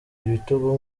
bitugu